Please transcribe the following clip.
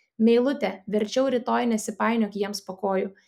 meilute verčiau rytoj nesipainiok jiems po kojų